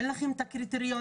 אין לכם את הקריטריונים,